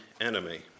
enemy